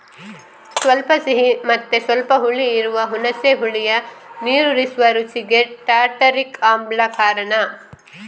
ಸ್ವಲ್ಪ ಸಿಹಿ ಮತ್ತೆ ಸ್ವಲ್ಪ ಹುಳಿ ಇರುವ ಹುಣಸೆ ಹುಳಿಯ ನೀರೂರಿಸುವ ರುಚಿಗೆ ಟಾರ್ಟಾರಿಕ್ ಆಮ್ಲ ಕಾರಣ